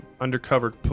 undercover